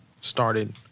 started